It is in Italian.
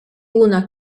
una